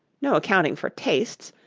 no accounting for tastes!